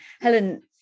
Helen